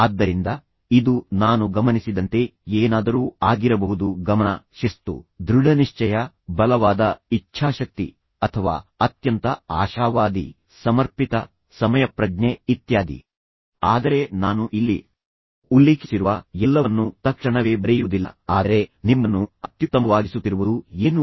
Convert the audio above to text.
ಆದ್ದರಿಂದ ನಾನು ಅದನ್ನು ನಿಮಗಾಗಿ ಸಂಕ್ಷಿಪ್ತವಾಗಿ ವಿವರಿಸುತ್ತೇನೆ ಮತ್ತು ನಂತರ ನೀವು ಅದೇ ವಿಷಯವನ್ನು ನಾನು ಚರ್ಚಿಸಿದ ಎರಡು ಪ್ರಕರಣಗಳಿಗೆ ಅಥವಾ ಬದುಕಿನಲ್ಲಿ ನೀವು ನೋಡುವಂತಹ ಯಾವುದೇ ಪ್ರಕರಣಗಳಿಗೆ ಅನ್ವಯಿಸಬೇಕೆಂದು ನಾನು ಬಯಸುತ್ತೇನೆ